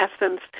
essence